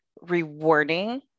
rewarding